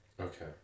Okay